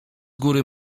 góry